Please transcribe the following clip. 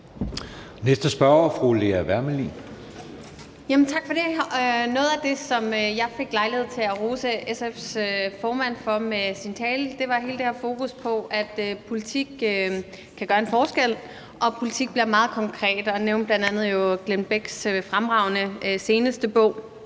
Kl. 13:29 Lea Wermelin (S): Tak for det. Noget af det, som jeg fik lejlighed til at rose SF's formand for i hendes tale, var hele det her fokus på, at politik kan gøre en forskel, og at politik bliver meget konkret, og hun nævnte jo bl.a. Glenn Bechs fremragende seneste bog.